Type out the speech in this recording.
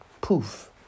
Poof